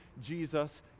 Jesus